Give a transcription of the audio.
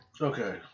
Okay